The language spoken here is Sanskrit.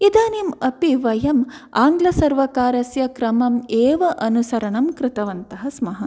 इदानीमपि वयम् आङ्ग्लसर्वकारस्य क्रमम् एव अनुसरणं कृतवन्तः स्मः